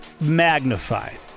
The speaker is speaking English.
magnified